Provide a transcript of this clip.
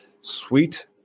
sweet